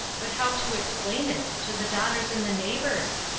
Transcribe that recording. but how to explain it to the daughters and the neighbors?